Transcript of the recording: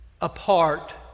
apart